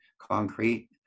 concrete